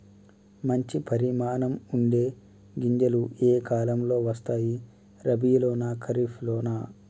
మంచి పరిమాణం ఉండే గింజలు ఏ కాలం లో వస్తాయి? రబీ లోనా? ఖరీఫ్ లోనా?